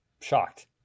shocked